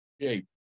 shape